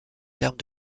termes